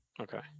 Okay